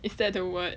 is that the word